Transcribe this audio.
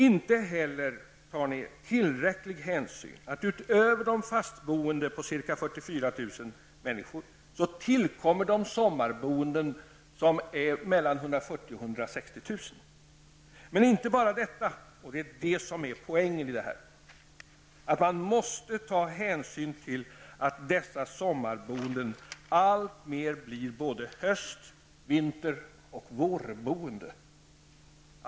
Inte heller tar ni tillräcklig hänsyn till att det, utöver de fastboende på ca 44 000 människor, tillkommer mellan 140 000 och 160 000 sommarboende. Men det gäller inte bara detta, utan poängen är att man måste ta hänsyn till att de sommarboende alltmer blir såväl höst och vinter som vårboende.